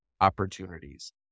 opportunities